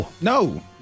No